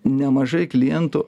nemažai klientų